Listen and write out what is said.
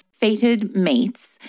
FATEDMATES